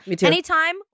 anytime